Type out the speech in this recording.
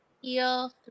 heal